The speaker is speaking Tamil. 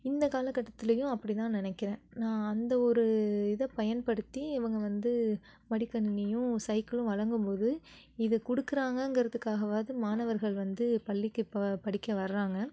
இந்த காலகட்டத்துலேயும் அப்படிதான் நினைக்கிறன் நான் அந்த ஒரு இதை பயன்படுத்தி இவங்க வந்து மடிக்கணினியும் சைக்கிளும் வழங்கும் போது இது கொடுக்குறாங்கங்கறதுக்காவது மாணவர்கள் வந்து பள்ளிக்கு ப படிக்க வராங்க